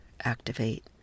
activate